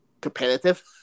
competitive